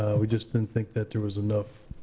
ah we just didn't think that there was enough